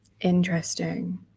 Interesting